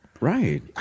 Right